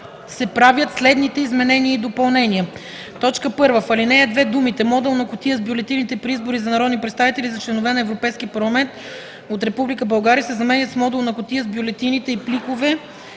се правят следните изменения и допълнения: 1. В ал. 2 думите „модулна кутия с бюлетините при избори за народни представители и за членове на Европейския парламент от Република България” се заменят с „модулна кутия с бюлетините и пликовете